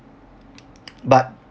but